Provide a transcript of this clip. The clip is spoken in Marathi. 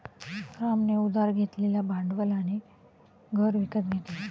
रामने उधार घेतलेल्या भांडवलाने घर विकत घेतले